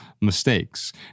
mistakes